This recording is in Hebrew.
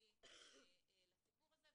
ייחודי לסיפור הזה.